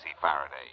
Faraday